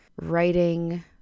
writing